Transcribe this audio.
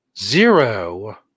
Zero